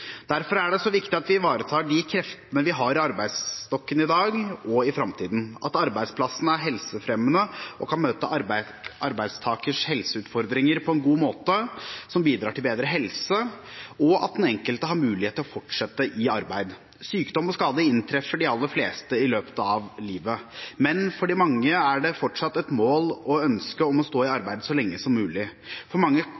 Derfor er det så viktig at vi ivaretar de kreftene vi har i arbeidstokken i dag og i framtiden, at arbeidsplassen er helsefremmende og kan møte arbeidstakerens helseutfordringer på en god måte som bidrar til bedre helse, og til at den enkelte har mulighet til å fortsette i arbeid. Sykdom og skade inntreffer de aller fleste i løpet av livet. Men for mange er det fortsatt et mål og et ønske om å stå i arbeid så lenge som mulig. For mange